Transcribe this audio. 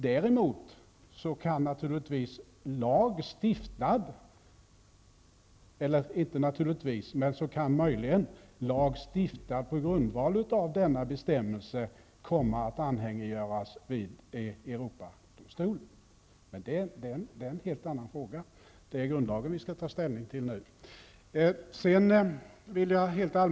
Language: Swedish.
Däremot kan möjligen lag stiftad på grundval av denna bestämmelse komma att anhängiggöras vid Europadomstolen, men det är en helt annan fråga. Det är grundlagen vi skall ta ställning till nu.